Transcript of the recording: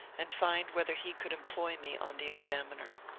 and find whether he could employ me on the examiner.